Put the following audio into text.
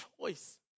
choice